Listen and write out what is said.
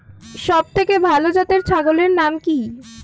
সবথেকে ভালো জাতের ছাগলের নাম কি?